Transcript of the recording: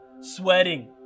sweating